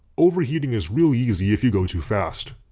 overheating is really easy if you go too fast.